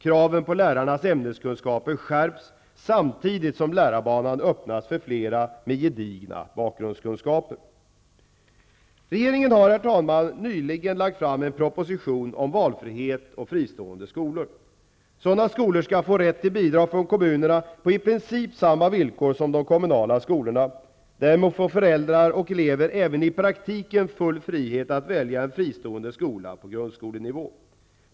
Kraven på lärarnas ämneskunskaper skärps samtidigt som lärarbanan öppnas för flera med gedigna bakgrundskunskaper. Regeringen har, herr talman, helt nyligen lagt fram en proposition om valfrihet och fristående skolor. Sådana skolor skall få rätt till bidrag från kommunerna på i princip samma villkor som de kommunala skolorna. Därmed får föräldrar och elever även i praktiken full frihet att välja en fristående skola på grundskolenivå.